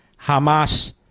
Hamas